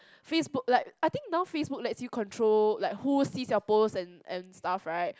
Facebook like I think now Facebook let's you control like who sees your post and stuffs right